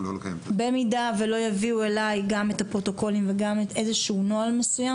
במידה ולא יביאו אלי את הפרוטוקולים ואיזה שהוא נוהל מסודר,